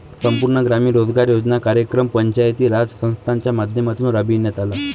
संपूर्ण ग्रामीण रोजगार योजना कार्यक्रम पंचायती राज संस्थांच्या माध्यमातून राबविण्यात आला